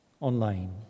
online